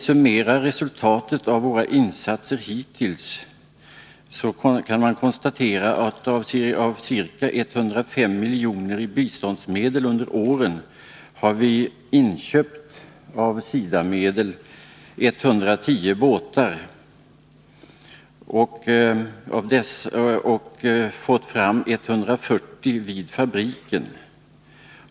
Summerar vi resultatet av våra insatser hittills, kan vi konstatera att av ca 105 milj.kr. i biståndsmedel under åren har SIDA inköpt 110 båtar. Vid fabriken har man fått fram 140.